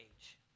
age